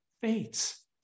faiths